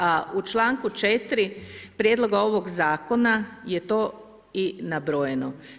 A u članku 4. prijedloga ovog zakona je to i nabrojeno.